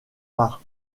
par